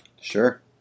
Sure